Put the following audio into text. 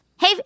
Hey